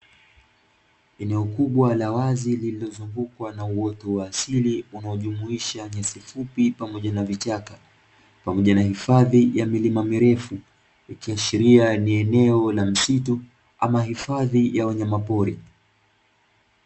Eneo kubwa la wazi lilizungukwa na uwoto wa asili, linalojumuisha nyasi fupi pamoja na vichaka pamoja na hifadhi ya milima mirefu, ikiashiria ni eneo la misitu au hifadhi ya wanyama pori.